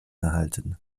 erhalten